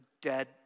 dead